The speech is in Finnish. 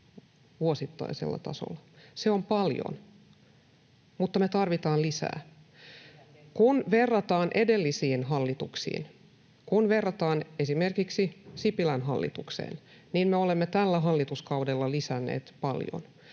Se on paljon, mutta me tarvitaan lisää. Kun verrataan edellisiin hallituksiin, kun verrataan esimerkiksi Sipilän hallitukseen, niin me olemme tällä hallituskaudella lisänneet paljon,